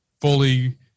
fully